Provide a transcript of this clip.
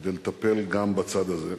כדי לטפל גם בצד הזה.